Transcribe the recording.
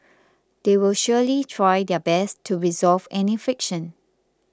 they will surely try their best to resolve any friction